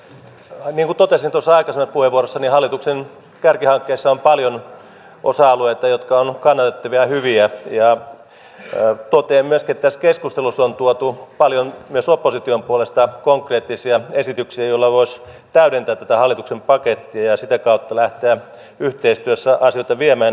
niin kuin totesin tuossa aikaisemmassa puheenvuorossa niin hallituksen kärkihankkeissa on paljon osa alueita jotka ovat kannatettavia ja hyviä ja totean myöskin että tässä keskustelussa on tuotu paljon myös opposition puolesta konkreettisia esityksiä joilla voisi täydentää tätä hallituksen pakettia ja sitä kautta lähteä yhteistyössä asioita viemään eteenpäin